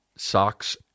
socks